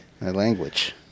language